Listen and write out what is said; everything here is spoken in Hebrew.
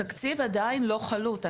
התקציב עדיין לא חלוט.